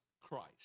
Christ